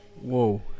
Whoa